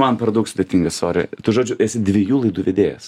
man per daug sudėtinga sori tu žodžiu esi dviejų laidų vedėjas